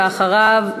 ואחריו,